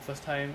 first time